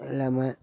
எல்லாம்